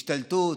השתלטות.